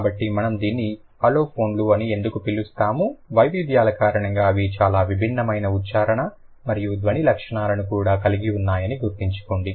కాబట్టి మనము దీన్ని అలోఫోన్ లు అని ఎందుకు పిలుస్తాము వైవిధ్యాల కారణంగా అవి చాలా విభిన్నమైన ఉచ్చారణ మరియు ధ్వని లక్షణాలను కూడా కలిగి ఉన్నాయని గుర్తుంచుకోండి